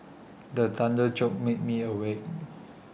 the thunder joke make me awake